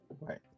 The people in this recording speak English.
right